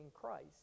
Christ